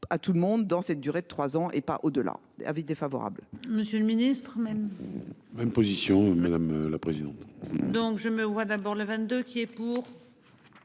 à tout le monde dans cette durée de trois ans, et pas au-delà. Avis défavorable. Monsieur le Ministre même. Même position, madame la présidente. Donc je me vois d'abord le 22 qui est pour.